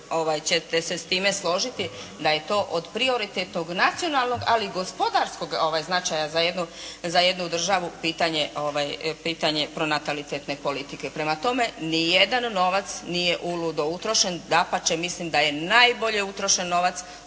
ćete se s time složiti da je to od prioritetnog nacionalnog ali i gospodarskog značaja za jednu državu pitanje pronatalitetne politike. Prema tome ni jedan novac nije uludo utrošen. Dapače mislim da je najbolje utrošen novac